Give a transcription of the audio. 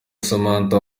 samantha